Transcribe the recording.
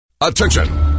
Attention